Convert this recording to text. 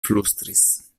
flustris